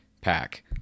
pack